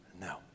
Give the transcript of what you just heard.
no